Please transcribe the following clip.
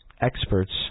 experts